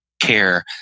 care